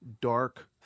dark